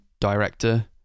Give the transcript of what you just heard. director